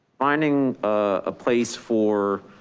finding a place for,